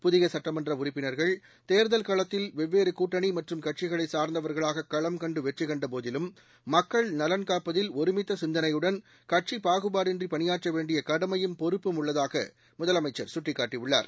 புதிய சட்டமன்ற உறுப்பினர்கள் தேர்தல் களத்தில் வெவ்வேறு கூட்டணி மற்றும் கட்சிகளை சார்ந்தவர்களாக களம்கண்டு வெற்றிகண்ட போதிலும் மக்கள்நலன் காப்பதில் ஒருமித்த சிந்தளையுடன் கட்சி பாகுபாடின்றி பணியாற்ற வேண்டிய கடமையும் பொறுப்பும் உள்ளதாக முதலமைச்சர் கட்டிக்காட்டியுள்ளார்